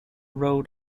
road